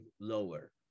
lower